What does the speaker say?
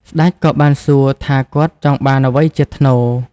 ស្ដេចក៏បានសួរថាគាត់ចង់បានអ្វីជាថ្នូរ។